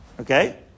Okay